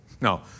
No